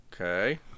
okay